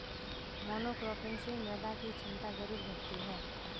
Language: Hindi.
मोनोक्रॉपिंग से मृदा की क्षमता जरूर घटती है